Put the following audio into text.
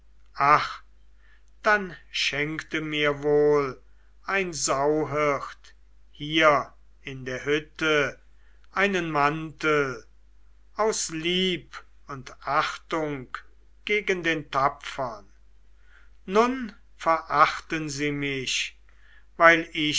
dann schenkte mir wohl ein sauhirt hier in der hütte einen mantel aus lieb und achtung gegen den tapfern nun verachten sie mich weil ich